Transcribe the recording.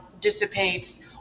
dissipates